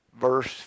verse